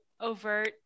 overt